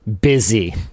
busy